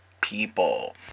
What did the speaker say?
people